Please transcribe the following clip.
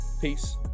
Peace